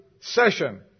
session